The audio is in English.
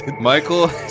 Michael